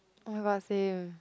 oh my god same